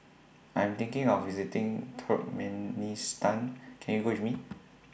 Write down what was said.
I'm thinking of visiting Turkmenistan Can YOU Go with Me